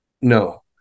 No